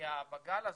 עלייה בגל הזה.